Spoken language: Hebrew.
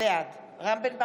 בעד רם בן ברק,